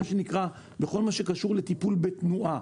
בכל מה שקשור לטיפול, המערכת בתנועה.